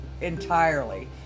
entirely